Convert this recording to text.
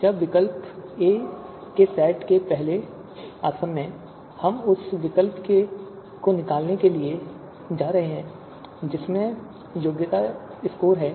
अब विकल्प ए के सेट से पहले आसवन में हम उस विकल्प को निकालने जा रहे हैं जिसमें उच्चतम योग्यता स्कोर है